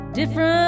different